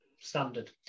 standard